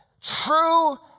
true